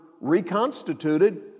reconstituted